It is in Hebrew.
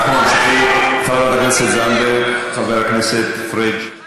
חברת הכנסת, אני